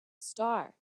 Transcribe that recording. star